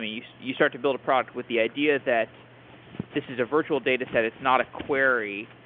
you so you start to build a product with the idea that this is a virtual dataset. it's not a query.